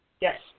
Yes